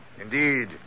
Indeed